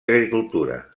agricultura